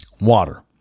Water